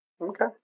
Okay